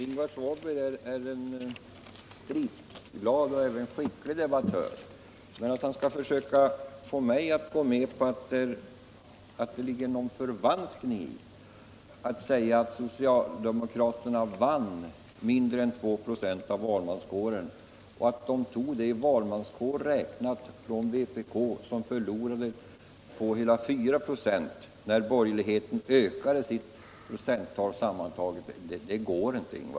Ingvar Svanberg är en stridsglad och skicklig debattör - men att försöka få mig att gå med på att det ligger någon förvanskning I att säga att socialdemokraterna vann mindre än 2 ” av valmanskåren och att de tog det från vpk, som förlorade 2,4 5, medan bergerligheten ökade sitt procenttal sammantaget, det går inte.